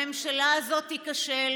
הממשלה הזאת תיכשל